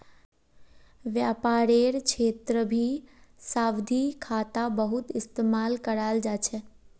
व्यापारेर क्षेत्रतभी सावधि खाता बहुत इस्तेमाल कराल जा छे